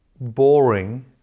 boring